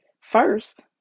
First